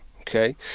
okay